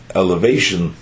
elevation